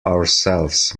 ourselves